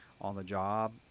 on-the-job